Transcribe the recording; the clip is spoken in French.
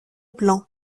blanc